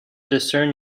discern